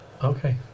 Okay